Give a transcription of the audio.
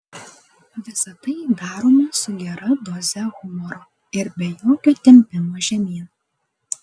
visa tai daroma su gera doze humoro ir be jokio tempimo žemyn